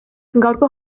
gaurko